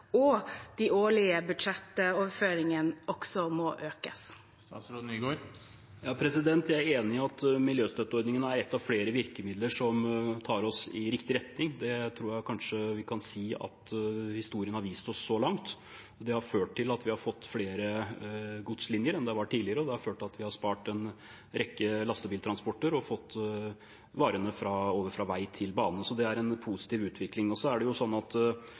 og de årlige budsjettoverføringene økes? Jeg er enig i at miljøstøtteordningen er et av flere virkemidler som tar oss i riktig retning. Det tror jeg kanskje vi kan si at historien har vist oss så langt. Det har ført til at vi har fått flere godslinjer enn tidligere, og det har ført til at vi har spart en rekke lastebiltransporter og fått varene over fra vei til bane. Det er en positiv utvikling. Miljøstøtteordningen må utvikles innenfor noen rammer knyttet til hvor mye penger man kan bruke på ordningen, og det tror jeg representanten er